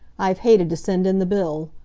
i've hated to send in the bill.